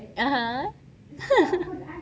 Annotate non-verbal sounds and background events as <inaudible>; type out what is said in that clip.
(uh huh) <laughs>